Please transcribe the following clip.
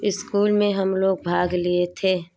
school में हम लोग भाग लिए थे थे